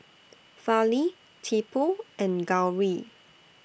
Fali Tipu and Gauri